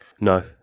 No